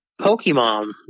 Pokemon